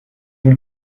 vous